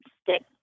stick